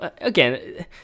again